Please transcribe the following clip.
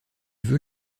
veut